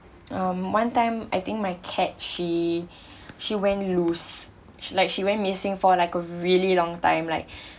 um one time I think my cat she she went loose like she went missing for like a really long time like